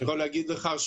יכול להגיד לך,